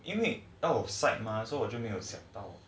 因为 outside mah so 我就没有想到